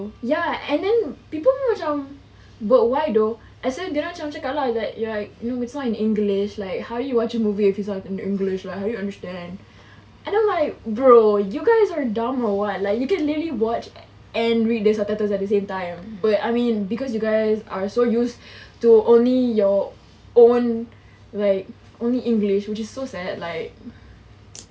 ya and then people pun macam but why though pastu dorang macam cakap lah like like it's not in english like how you watch a movie if it's not in english how you understand and then like bro you guys are dumb or what like you can really watch and read the subtitles at the same time but I mean because you guys are so used to only your own like only english which is so sad like